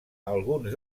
alguns